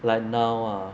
like now ah